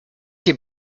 dem